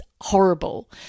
horrible